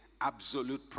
absolute